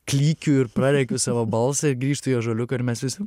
klykiu ir prarėkiu savo balsą ir grįžtu į ąžuoliuką ir mes visi